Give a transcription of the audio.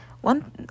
one